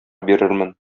бирермен